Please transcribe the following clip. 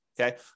Okay